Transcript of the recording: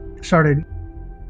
started